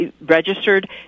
registered